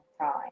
time